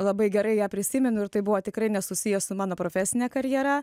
labai gerai ją prisimenu ir tai buvo tikrai nesusiję su mano profesine karjera